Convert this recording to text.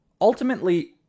ultimately